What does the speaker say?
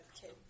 kid